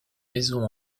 maisons